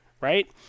right